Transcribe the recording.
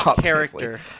character